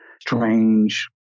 strange